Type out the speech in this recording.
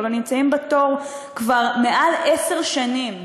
אבל נמצאים בתור כבר יותר מעשר שנים,